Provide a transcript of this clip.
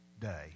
day